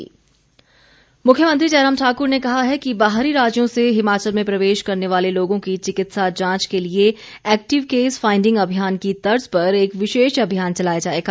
video conferencing CM मुख्यमंत्री जय राम ठाक्र ने कहा है कि बाहरी राज्यों से हिमाचल में प्रवेश करने वाले लोगों की चिकित्सा जांच के लिए एक्टिव केस फाईंडिंग अभियान की तर्ज पर एक विशेष अभियान चलाया जाएगा